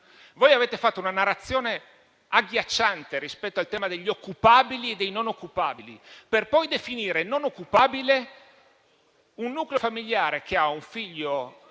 Voi avete fatto una narrazione agghiacciante rispetto al tema degli occupabili e dei non occupabili, per poi definire non occupabile un nucleo familiare che ha un figlio